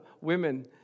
women